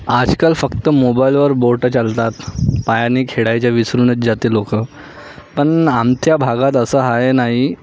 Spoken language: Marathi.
आजकाल फक्त मोबाईलवर बोटं चालतात पायानी खेळायच्या विसरूनचं जाते लोक पण आमच्या भागात असं आहे नाही